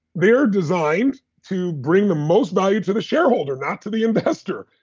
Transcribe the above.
they are designed to bring the most value to the shareholder, not to the investor,